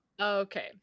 Okay